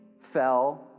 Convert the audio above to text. fell